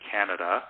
Canada